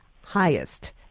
highest